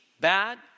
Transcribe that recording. bad